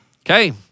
Okay